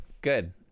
Good